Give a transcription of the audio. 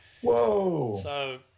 Whoa